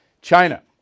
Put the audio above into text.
China